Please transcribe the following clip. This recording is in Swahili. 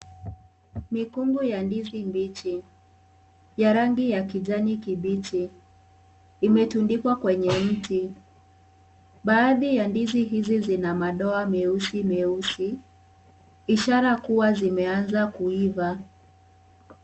Mikungu ya ndizi mbichi ya rangi ya kijani kibichi imetundikwa kwenye mti, baadhi ya ndizi hizi zina madoa meusi meusi ishara kuwa zimeanza kuiva.